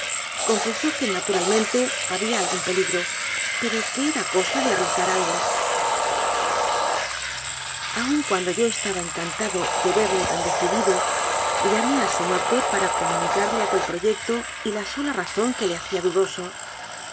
confesó que na turalmente había algún peligro pero que era cosa de arriesgar algo aun cuando yo estaba encantado de verle tan decidido llamé al señor t para comunicarle aquel proyecto y la sola razón que le hacía du